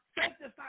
Sanctify